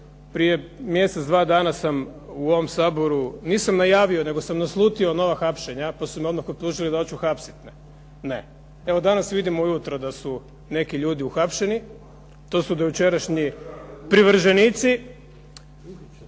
prije mjesec dva dana sam u ovom Saboru nisam najavio nego sam naslutio nova hapšenja, pa su me odmah optužili da hoću hapsiti. Evo danas vidim ujutro da su neki ljudi uhapšeni, to su dojučerašnji privrženici,